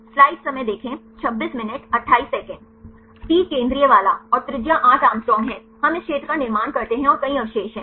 T केंद्रीय वाला है और त्रिज्या 8Å है हम इस क्षेत्र का निर्माण करते हैं और कई अवशेष हैं